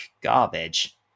garbage